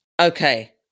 Okay